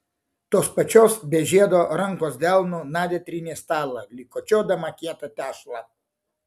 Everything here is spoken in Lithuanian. tos pačios be žiedo rankos delnu nadia trynė stalą lyg kočiodama kietą tešlą